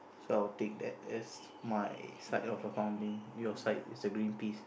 so I'll take that as my side of a founding your side is a green piece